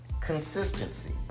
Consistency